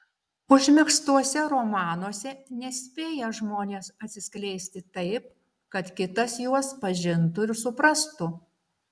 užmegztuose romanuose nespėja žmonės atsiskleisti taip kad kitas juos pažintų ir suprastų